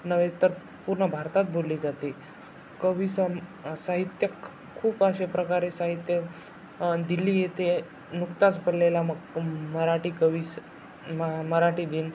नव्हे तर पूर्ण भारतात बोलली जाते कवी सं साहित्यिक खूप असे प्रकारे साहित्यिक दिल्ली येथे नुकताच पडलेला म मराठी कवीस म मराठी दिन